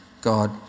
God